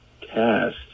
Cast